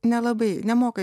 nelabai nemoka